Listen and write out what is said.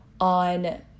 on